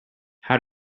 how